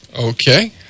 Okay